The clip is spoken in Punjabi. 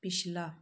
ਪਿਛਲਾ